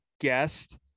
guest